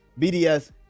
bds